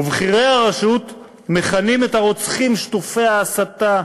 ובכירי הרשות מכנים את הרוצחים שטופי ההסתה,